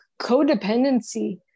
codependency